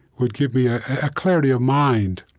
would give me a clarity of mind